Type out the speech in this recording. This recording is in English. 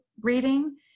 reading